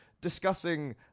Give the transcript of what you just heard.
discussing